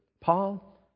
Paul